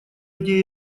идея